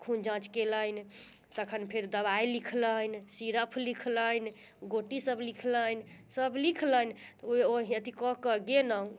खून जाँच कयलनि तखन फेर दवाइ लिखलनि सिरप लिखलनि गोटी सब लिखलनि सब लिखलनि तऽ ओहि अथी कऽ के गेलहुँ